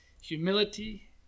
Humility